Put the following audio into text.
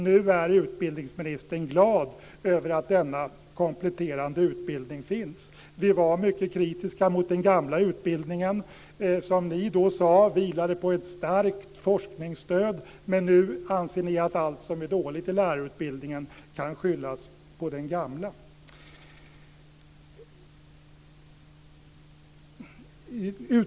Nu är utbildningsministern glad över att denna kompletterande utbildning finns. Vi var mycket kritiska mot den gamla utbildning som ni sade vilade på ett starkt forskningsstöd, men nu anser ni att allt som är dåligt i lärarutbildningen kan skyllas på den gamla.